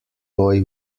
boy